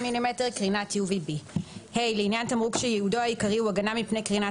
(קרינת UVB);(ה) לעניין תמרוק שייעודו העיקרי הוא הגנה מפני קרינת